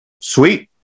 sweet